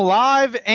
live